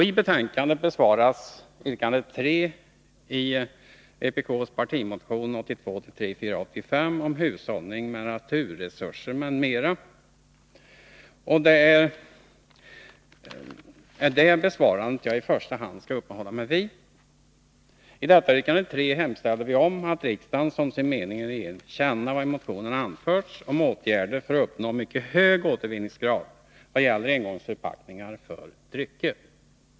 I betänkandet behandlas yrkande nr 3 i vpk:s partimotion 1982/83:485 om hushållning med naturresurser m.m., och det är denna behandling som jag i första hand skall uppehålla mig vid. I detta yrkande nr 3 hemställer vi om att riksdagen som sin mening ger regeringen till känna vad som i motionen anförts om åtgärder för att uppnå mycket hög återvinningsgrad vad gäller engångsförpackningar för drycker.